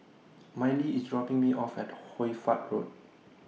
Mylee IS dropping Me off At Hoy Fatt Road